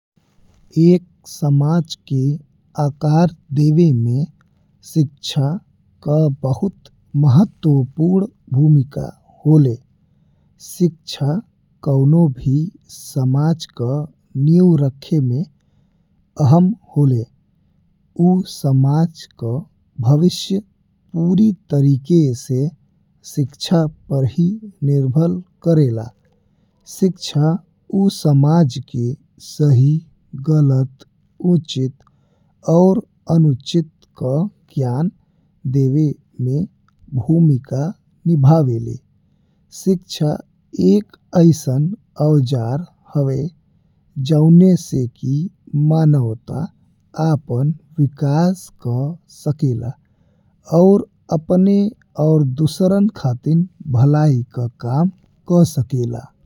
एक समाज के आकार देवे में शिक्षा का बहुत महत्वपूर्ण भूमिका होले शिक्षा कउनो भी समाज का नींव रखे में अहम होले। ऊ समाज का भविष्य पुरी तरीके से शिक्षा पर ही निर्भर करेला, शिक्षा ऊ समाज के सही, गलत, उचित और अनुचित का ज्ञान देवे में भूमिका निभावेले। शिक्षा एक अइसन औजार हवे जौन से कि मानवता आपन विकास कई सकेले और अपने और दूसरन खातिर भलाई का काम कई सकेले।